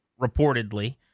reportedly